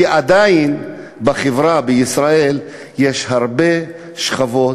כי עדיין בחברה בישראל יש הרבה שכבות,